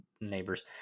neighbors